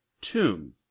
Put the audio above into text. tomb